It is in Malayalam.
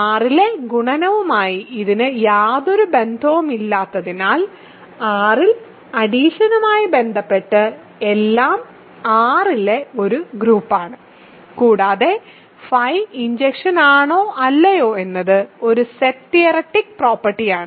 R ലെ ഗുണനവുമായി ഇതിന് യാതൊരു ബന്ധവുമില്ലാത്തതിനാൽ R ൽ അഡിഷനുമായി ബന്ധപ്പെട്ട് എല്ലാം R ഒരു ഗ്രൂപ്പാണ് കൂടാതെ φ ഇൻജക്ഷൻ ആണോ അല്ലയോ എന്നത് ഒരു സെറ്റ് തിയററ്റിക് പ്രോപ്പർട്ടി ആണ്